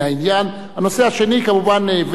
הנושא השני, כמובן הבאת לתשומת לבו.